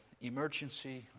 emergency